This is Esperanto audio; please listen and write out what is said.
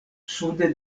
sude